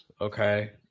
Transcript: Okay